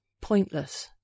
pointless